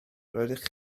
roeddech